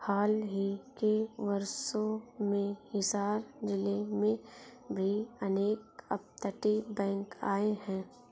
हाल ही के वर्षों में हिसार जिले में भी अनेक अपतटीय बैंक आए हैं